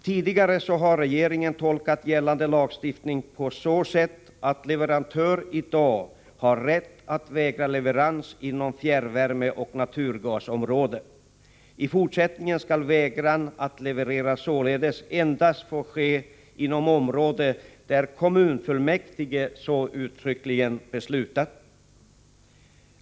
Tidigare har regeringen tolkat gällande lagstiftning på så sätt att leverantör i dag har rätt att vägra leverans inom fjärrvärmeoch naturgasområde. I fortsättningen skall vägran att leverera således endast få ske inom områden där kommunfullmäktige så uttryckligen beslutat.